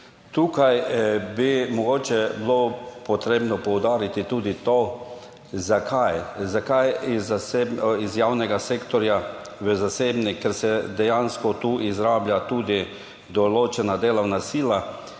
Tukaj bi mogoče bilo potrebno poudariti tudi to, zakaj. Zakaj iz javnega sektorja v zasebni, ker se dejansko tu izrablja tudi določena delovna sila